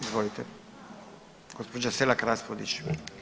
Izvolite gospođa Selak Raspudić.